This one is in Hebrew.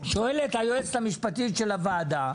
שואלת היועצת המשפטית של הוועדה,